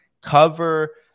cover